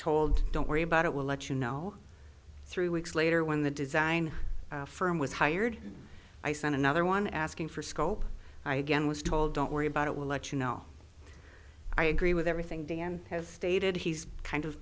told don't worry about it we'll let you know three weeks later when the design firm was hired i sent another one asking for scope i again was told don't worry about it we'll let you know i agree with everything dan has stated he's kind of